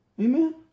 Amen